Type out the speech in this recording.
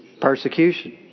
Persecution